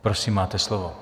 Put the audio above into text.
Prosím, máte slovo.